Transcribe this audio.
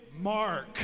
mark